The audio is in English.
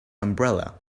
umbrella